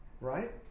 Right